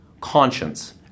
conscience